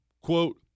quote